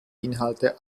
inhalte